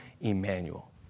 Emmanuel